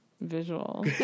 Visual